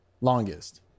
longest